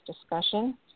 discussion